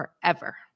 forever